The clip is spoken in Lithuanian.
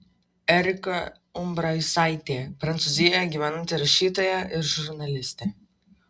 erika umbrasaitė prancūzijoje gyvenanti rašytoja ir žurnalistė